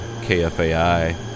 KFAI